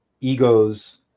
egos